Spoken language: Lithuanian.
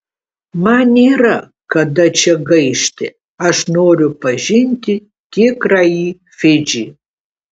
man nėra kada čia gaišti aš noriu pažinti tikrąjį fidžį